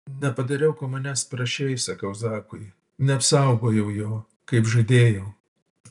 nepadariau ko manęs prašei sakau zakui neapsaugojau jo kaip žadėjau